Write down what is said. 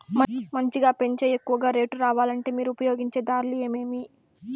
మంచిగా పెంచే ఎక్కువగా రేటు రావాలంటే మీరు ఉపయోగించే దారులు ఎమిమీ?